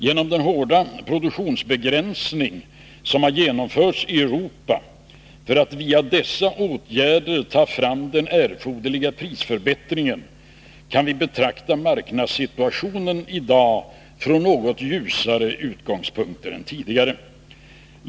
Genom den hårda produktionsbegränsning som genomförts i Europa för att via dessa åtgärder ta fram den erforderliga prisförbättringen kan vi betrakta marknadssituationen i dag från något ljusare utgångspunkter än tidigare.